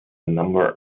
number